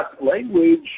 language